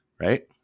right